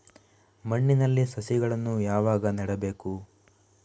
ಮಣ್ಣಿನಲ್ಲಿ ಸಸಿಗಳನ್ನು ಯಾವಾಗ ನೆಡಬೇಕು?